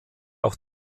auch